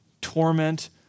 torment